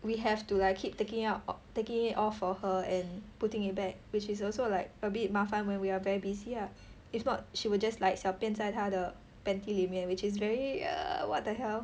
we have to like keep taking out taking it off for her and putting it back which is also like a bit 麻烦 when we are very busy lah if not she will just like 小便在他的 panty 里面 which is very uh what the hell